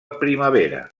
primavera